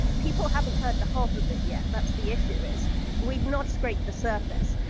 people haven't heard the half of it yet. that's the issue is we've not scraped the surface,